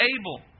able